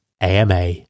AMA